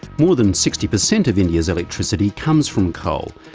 more than sixty percent of india's electricity comes from coal.